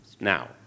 Now